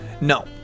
No